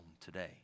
today